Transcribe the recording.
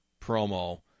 promo